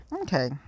Okay